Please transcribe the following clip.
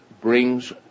brings